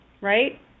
right